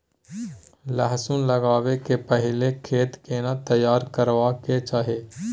लहसुन लगाबै के पहिले खेत केना तैयार करबा के चाही?